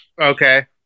Okay